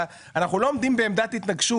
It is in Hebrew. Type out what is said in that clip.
אתה, אנחנו לא עומדים בעמדת התנגשות.